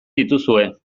dituzue